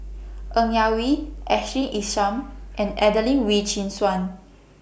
N Yak Whee Ashley Isham and Adelene Wee Chin Suan